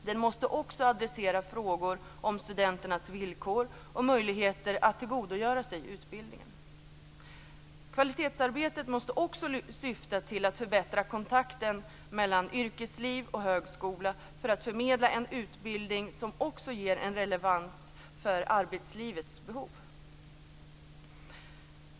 Den måste också adressera frågor om studenternas villkor och möjligheter att tillgodogöra sig utbildningen. Kvalitetsarbetet måste också syfta till att förbättra kontakten mellan yrkesliv och högskola för att förmedla en utbildning som också ger en relevans för arbetslivets behov.